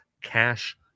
cash